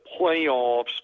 playoffs